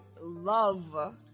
Love